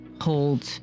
hold